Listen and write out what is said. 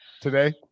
today